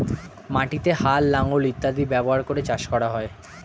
মাটিতে হাল, লাঙল ইত্যাদি ব্যবহার করে চাষ করা হয়